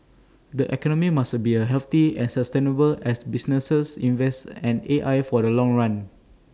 the economy must be healthy and sustainable as businesses invest in AI for the long run